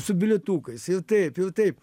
su bilietukais ir taip ir taip